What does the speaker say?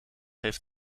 heeft